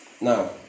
now